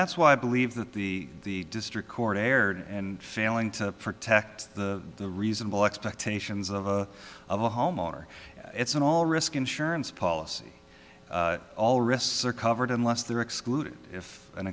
that's why i believe that the district court erred and failing to protect the the reasonable expectations of of a homeowner it's an all risk insurance policy all risks are covered unless they're excluded if an